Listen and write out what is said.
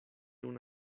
una